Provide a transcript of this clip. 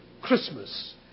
Christmas